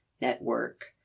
network